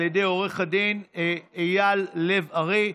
על ידי עו"ד אייל לב ארי,